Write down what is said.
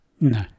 No